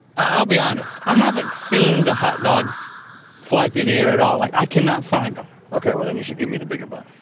i'll be honest, i haven't seen the hot dogs fly through the air at all. like, i cannot find them. okay, well then you should give me the bigger bun.